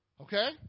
okay